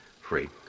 free